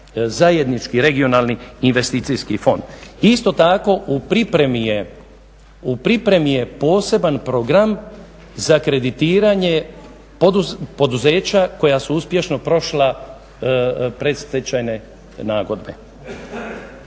zajednički regionalni investicijski fond. Isto tako, u pripremi je poseban program za kreditiranje poduzeća koja su uspješno prošla predstečajne nagodbe.